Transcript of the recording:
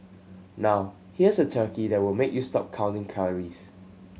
now here's a turkey that will make you stop counting calories